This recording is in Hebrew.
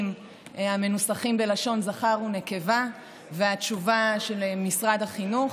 המנוסחים בלשון זכר ונקבה והתשובה של משרד החינוך.